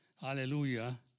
Hallelujah